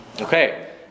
Okay